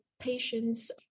patients